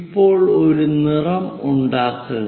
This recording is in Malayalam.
ഇപ്പോൾ ഒരു നിറം ഉണ്ടാക്കുക